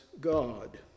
God